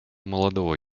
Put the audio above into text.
молодого